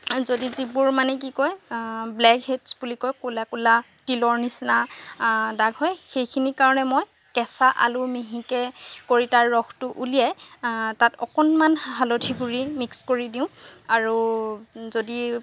যদি যিবোৰ মানে কি কয় ব্লেকহেডছ বুলি কয় ক'লা ক'লা তিলৰ নিচিনা দাগ হয় সেইখিনিৰ কাৰণে মই কেঁচা আলু মিহিকৈ কৰি তাৰ ৰসটো উলিয়াই তাত অকণমান হালধিগুৰি মিক্স কৰি দিওঁ আৰু যদি